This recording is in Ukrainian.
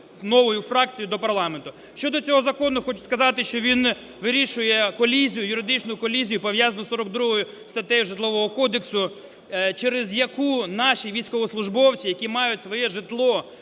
новою фракцією до парламенту. Щодо цього закону, хочу сказати, що він вирішує колізію, юридичну колізію, пов'язану із 42 статтею Житлового кодексу, через яку наші військовослужбовці, які мають своє житло